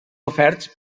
oferts